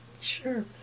Sure